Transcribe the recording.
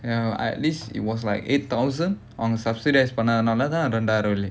ya at least it was like eight thousand on subsidised பண்ணதாலதான் ரெண்டாயிரம் வெள்ளி:pannathaalathaan rendaayiram velli